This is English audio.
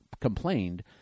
complained